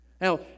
Now